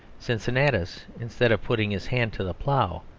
cincinnatus, instead of putting his hand to the plough,